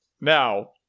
now